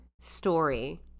story